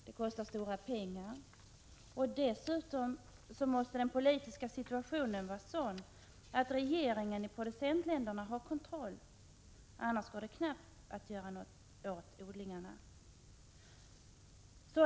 Det kostar stora pengar, och dessutom måste den politiska situationen vara sådan att regeringen i producentländerna har kontroll = annars går det knappast att göra något åt odlingen.